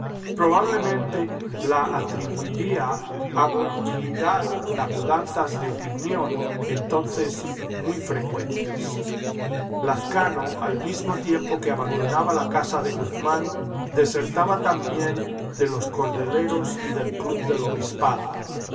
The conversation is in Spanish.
probablemente la atribuiría a volubilidad a mudanzas de opinión entonces muy frecuentes lazcano al mismo tiempo que abandonaba la casa de guzmán desertaba también de los